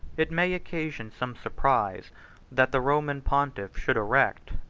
it may occasion some surprise that the roman pontiff should erect,